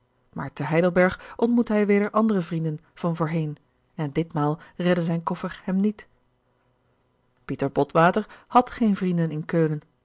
maar te heidelberg ontmoette hij weder andere vrienden van voorheen en ditmaal redde zijn koffer hem niet pieter botwater had geen vrienden in keulen